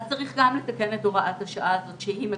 אז צריך גם לתקן את הוראת השעה הזו, שהיא מגוחכת,